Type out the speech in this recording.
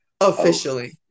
Officially